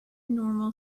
normal